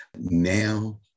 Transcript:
now